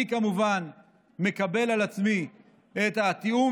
אני כמובן מקבל על עצמי את התיאום